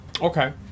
Okay